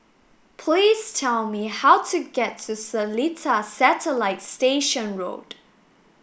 please tell me how to get to Seletar Satellite Station Road